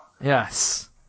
Yes